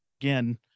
again